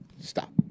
Stop